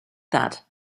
that